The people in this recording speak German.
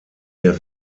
der